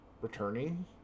returning